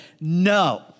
no